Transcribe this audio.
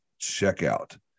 checkout